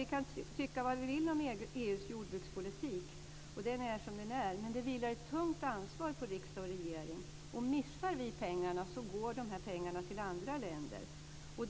Vi kan tycka vad vi vill om EU:s jordbrukspolitik. Den är som den är. Men det vilar ett tungt ansvar på riksdag och regering. Missar vi pengarna så går de till andra länder.